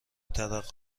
ترقه